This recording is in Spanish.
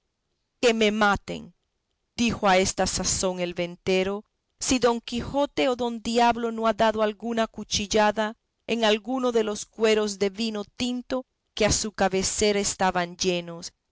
que me maten dijo a esta sazón el ventero si don quijote o don diablo no ha dado alguna cuchillada en alguno de los cueros de vino tinto que a su cabecera estaban llenos